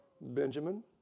Benjamin